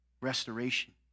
restoration